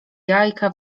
jajka